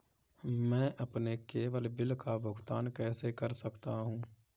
मैं अपने केवल बिल का भुगतान कैसे कर सकता हूँ?